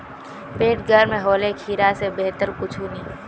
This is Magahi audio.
पेट गर्म होले खीरा स बेहतर कुछू नी